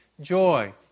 Joy